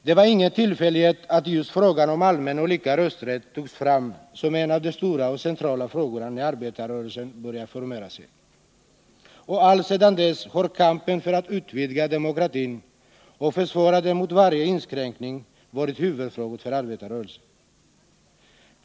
Det var ingen tillfällighet att just frågan om allmän och lika rösträtt togs fram som en av de stora och centrala frågorna när arbetarrörelsen började formera sig. Och alltsedan dess har kampen för att utvidga demokratin och försvara den mot varje inskränkning varit huvudfrågor för arbetarrörelsen.